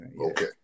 Okay